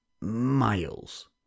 miles